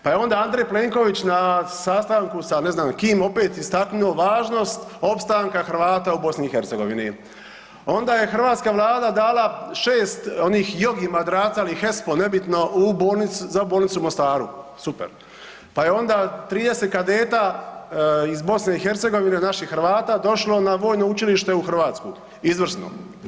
Pa je onda Andrej Plenković na sastanku sa ne znam kim opet istaknuo važnost opstanka Hrvata u BiH, onda je hrvatska Vlada dala šest onih jogi madraca ili Hespo ne bitno za Bolnicu u Mostaru, super, pa je onda 30 kadeta iz BiH naših Hrvata došlo na Vojno učilište u Hrvatsku, izvrsno.